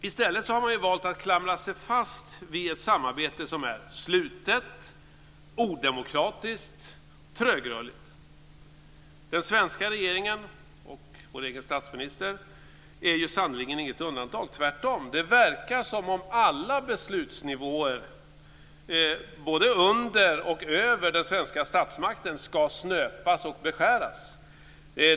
I stället har man valt att klamra sig fast vid ett samarbete som är slutet, odemokratiskt och trögrörligt. Den svenska regeringen och vår egen statsminister är sannerligen inget undantag. Tvärtom. Det verkar som om alla beslutsnivåer både under och över den svenska statsmakten ska snöpas och beskäras.